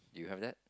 you have that